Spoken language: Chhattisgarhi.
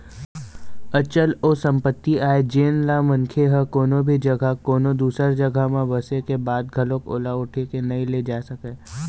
अचल ओ संपत्ति आय जेनला मनखे ह कोनो भी जघा कोनो दूसर जघा म बसे के बाद घलोक ओला उठा के नइ ले जा सकय